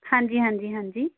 ਹਾਂਜੀ ਹਾਂਜੀ ਹਾਂਜੀ